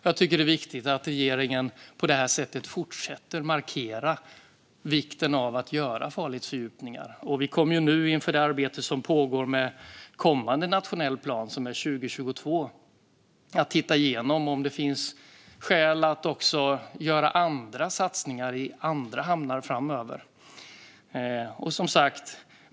Jag tycker att det är viktigt att regeringen på det här sättet fortsätter att markera vikten av att göra farledsfördjupningar. Vi kommer nu inför det arbete som pågår med den kommande nationella planen, som kommer 2022, att titta igenom om det finns skäl att också göra andra satsningar i andra hamnar framöver.